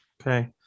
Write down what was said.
Okay